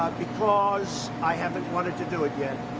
because i haven't wanted to do it yet